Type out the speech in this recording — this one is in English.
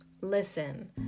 Listen